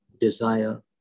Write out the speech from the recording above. desire